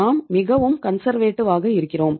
நாம் மிகவும் கன்சர்வேட்டிவ் ஆக இருக்கிறோம்